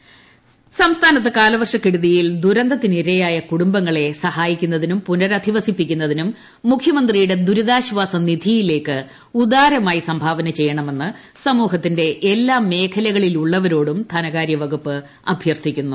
ടടട ദുരിതാശ്വാസ നിധി സംസ്ഥാനത്ത് കാലവർഷക്കെടുതിയിൽ ദുരന്തത്തിനിരയായ കുടുംബങ്ങളെ സഹായിക്കുന്നതിനും പുനരധിവസിപ്പിക്കുന്നതിനും മുഖ്യമന്ത്രിയുടെ ദുരിതാശ്വാസ നിധിയിലേക്ക് ഉദാരമായി സംഭാവന ചെയ്യണമെന്ന് സമൂഹത്തിന്റെ എല്ലാ മേഖലയിലുള്ളവരോടും ധനകാര്യവകുപ്പ് അഭ്യർത്ഥിച്ചു